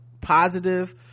positive